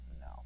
No